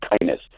Kindness